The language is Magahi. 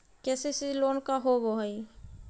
के.सी.सी लोन का होब हइ?